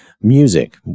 music